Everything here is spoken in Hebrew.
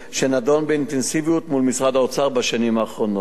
שנדון באינטנסיביות מול משרד האוצר בשנים האחרונות.